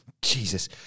Jesus